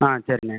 ஆ சரிண்ணே